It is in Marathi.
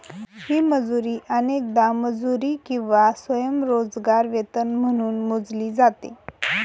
ही मजुरी अनेकदा मजुरी किंवा स्वयंरोजगार वेतन म्हणून मोजली जाते